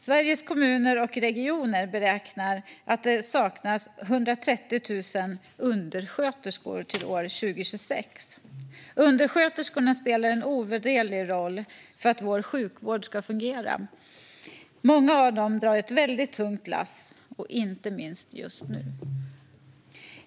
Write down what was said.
Sveriges Kommuner och Regioner beräknar att det saknas 130 000 undersköterskor till 2026. Undersköterskorna spelar en ovärderlig roll för att vår sjukvård ska fungera. Många av dem drar ett väldigt tungt lass, inte minst just nu.